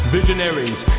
Visionaries